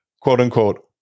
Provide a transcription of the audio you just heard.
quote-unquote